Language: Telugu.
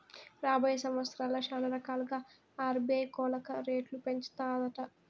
రాబోయే సంవత్సరాల్ల శానారకాలుగా ఆర్బీఐ కోలక రేట్లు పెంచతాదట